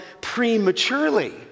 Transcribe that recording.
prematurely